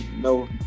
no